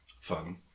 Fun